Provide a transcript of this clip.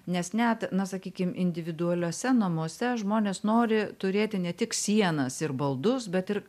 nes net na sakykim individualiuose namuose žmonės nori turėti ne tik sienas ir baldus bet ir